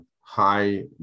high